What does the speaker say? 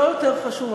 לא יותר חשוב,